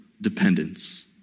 dependence